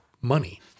money